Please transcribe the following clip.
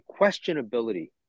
questionability